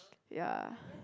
ya